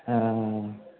हँ